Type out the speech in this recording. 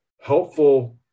helpful